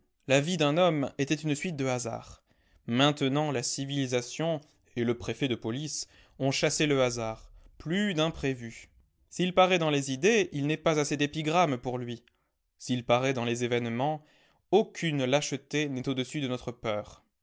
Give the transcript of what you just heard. la vie d'un homme était une suite de hasards maintenant la civilisation et le préfet de police ont chassé le hasard plus d'imprévu s'il paraît dans les idées il n'est pas assez d'épigrammes pour lui s'il paraît dans les événements aucune lâcheté n'est au-dessus de notre peur